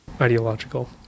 ideological